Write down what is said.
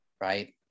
right